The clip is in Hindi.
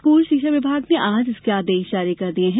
स्कूल शिक्षा विभाग ने आज इसके आदेश जारी कर दिये हैं